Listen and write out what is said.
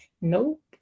Nope